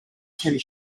tennis